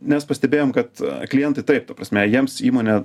nes pastebėjom kad klientai taip ta prasme jiems įmonė